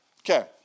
Okay